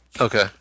Okay